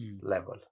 level